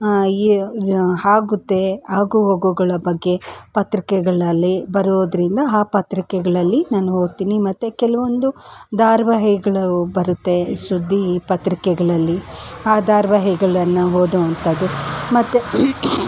ಆಗುತ್ತೆ ಆಗುಹೋಗುಗಳ ಬಗ್ಗೆ ಪತ್ರಿಕೆಗಳಲ್ಲಿ ಬರೋದರಿಂದ ಆ ಪತ್ರಿಕೆಗಳಲ್ಲಿ ನಾನು ಓದ್ತೀನಿ ಮತ್ತು ಕೆಲವೊಂದು ಧಾರ್ವಾಹಿಗಳು ಬರುತ್ತೆ ಸುದ್ದಿ ಪತ್ರಿಕೆಗಳಲ್ಲಿ ಆ ಧಾರ್ವಾಹಿಗಳನ್ನ ಓದುವಂಥದ್ದು ಮತ್ತು